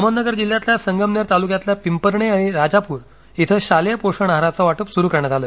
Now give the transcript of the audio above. अहमदनगर जिल्ह्यातील संगमनेर तालुक्यातील पिंपरणे आणि राजापूर येथे शालेय पोषण आहाराचे वाटप सुरु करण्यात आले